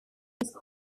was